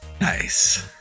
Nice